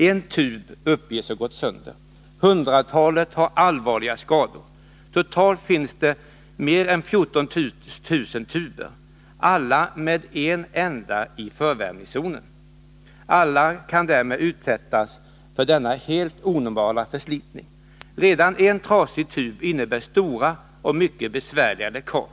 En tub uppges ha gått sönder. Hundratalet har allvarliga skador. Totalt finns det mer än 14000 tuber, alla med en ände i förvärmningszonen. Alla kan därmed utsättas för denna helt onormala förslitning. Redan en trasig tub innebär stora och mycket besvärliga läckage.